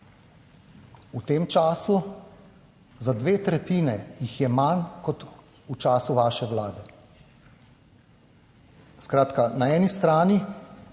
v tem času, za dve tretjini jih je manj kot v času vaše Vlade. Skratka, na eni strani